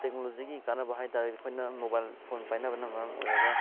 ꯇꯦꯛꯅꯣꯂꯣꯖꯤꯒꯤ ꯀꯥꯟꯅꯕ ꯍꯥꯏꯇꯥꯔꯒꯗꯤ ꯑꯩꯈꯣꯏꯅ ꯃꯣꯕꯥꯏꯜ ꯐꯣꯟ ꯄꯥꯏꯅꯕꯅ ꯃꯔꯝ ꯑꯣꯏꯔꯒ